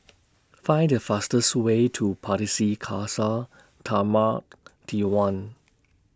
Find The fastest Way to Pardesi Khalsa Dharmak Diwan